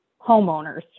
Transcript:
homeowners